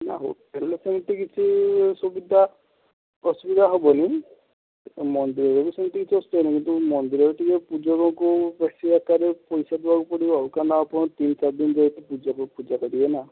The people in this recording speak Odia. ଯା ହଉ ହେଲେ ତ ଏତେ କିଛି ସୁବିଧା ଅସୁବିଧା ହେବନି ମନ୍ଦିରରେ ବି ସେମିତି କିଛି ଅସୁବିଧା ନାହିଁ କିନ୍ତୁ ମନ୍ଦିରରେ ଟିକେ ପୂଜକକୁ ବେଶୀ ଆକାରରେ ପଇସା ଦେବାକୁ ପଡ଼ିବ ଆଉ କାରଣ ଆପଣ ତିନି ଚାରି ଦିନ ଯାଇକି ପୂଜକ ପୂଜା କରିବେ ନା